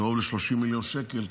קרוב ל-30 מיליון שקל,